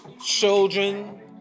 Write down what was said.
children